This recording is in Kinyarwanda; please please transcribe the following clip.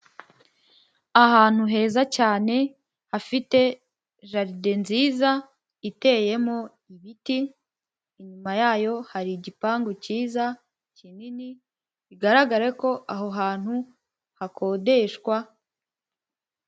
Ahantu heza cyane hafite jaride nziza iteyemo ibiti; inyuma yayo hari igipangu cyiza, kinini, bigaragare ko aho hantu hakodeshwa...